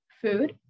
food